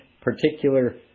particular